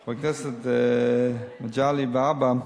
חבר הכנסת מגלי והבה,